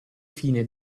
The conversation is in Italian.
fine